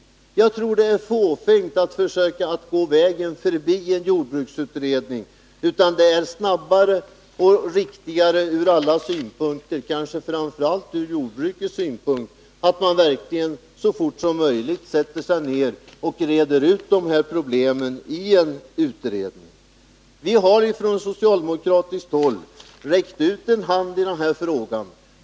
Jag tror det är fåfängt att försöka att gå vägen förbi en jordbruksutredning. Det är snabbare och riktigare från alla synpunkter, kanske framför allt från jordbrukets synpunkt, att man så snart som möjligt verkligen bearbetar problemen i en utredning. Vi har från socialdemokratiskt håll räckt ut en hand i den här frågan.